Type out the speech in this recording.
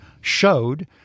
showed